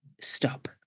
stop